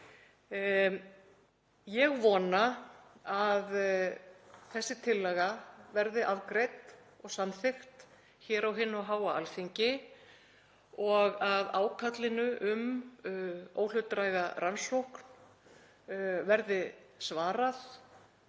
Ég vona að þessi tillaga verði afgreidd og samþykkt hér á hinu háa Alþingi og að ákallinu um óhlutdræga rannsókn verði svarað